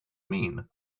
mean